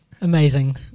amazing